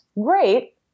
great